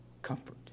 Comfort